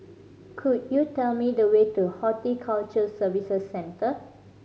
could you tell me the way to Horticulture Services Centre